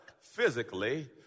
physically